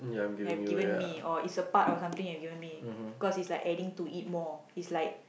have given me or is a part of something you've given me cause it's like adding to it more it's like